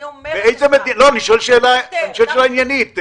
אני שואל שאלה עניינית.